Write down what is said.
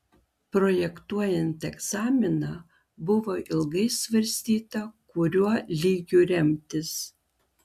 projektuojant egzaminą buvo ilgai svarstyta kuriuo lygiu remtis